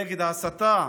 נגד ההסתה,